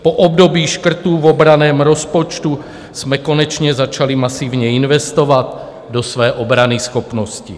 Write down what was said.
Po období škrtů v obranném rozpočtu jsme konečně začali masivně investovat do své obranyschopnosti.